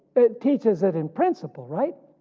it teaches it in principle right?